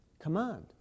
Command